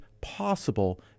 possible